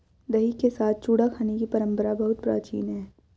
दही के साथ चूड़ा खाने की परंपरा बहुत प्राचीन है